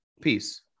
peace